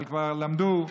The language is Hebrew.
אבל כבר למדו,